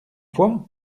fois